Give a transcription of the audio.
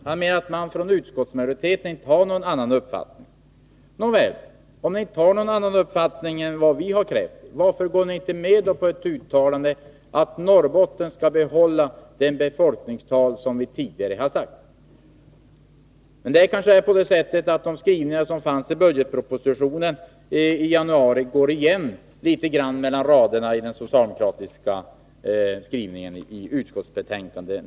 Han menar att utskottsmajoriteten när det gäller den inte har någon annan uppfattning än vi. Men om det är så, varför går ni socialdemokrater då inte med på kravet att riksdagen gör ett uttalande om att Norrbotten skall behålla det befolkningstal som vi tidigare angett? Kanske går de skrivningar som gjordes i budgetpropositionen i januari igen mellan raderna i den socialdemokratiska skrivningen i dagens utskottsbetänkande.